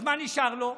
אז מה נשאר לו?